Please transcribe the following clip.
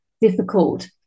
difficult